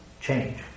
change